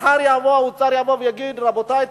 מחר האוצר יבוא ויגיד: רבותי,